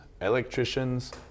electricians